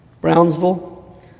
Brownsville